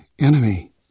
enemy